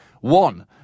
One